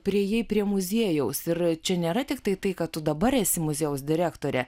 priėjai prie muziejaus ir čia nėra tiktai tai ką tu dabar esi muziejaus direktorė